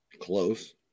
Close